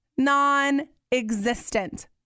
Non-existent